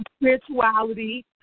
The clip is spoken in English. spirituality